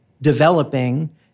developing